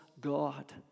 God